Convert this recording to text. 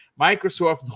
Microsoft